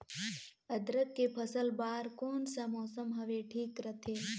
अदरक के फसल बार कोन सा मौसम हवे ठीक रथे?